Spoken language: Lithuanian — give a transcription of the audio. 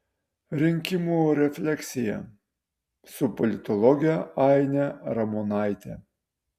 rinkimų refleksija su politologe aine ramonaite